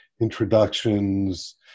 introductions